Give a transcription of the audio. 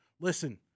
listen